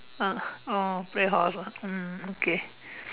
ah oh play horse mm okay